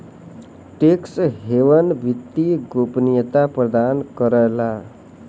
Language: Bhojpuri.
टैक्स हेवन वित्तीय गोपनीयता प्रदान करला